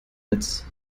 netz